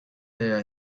that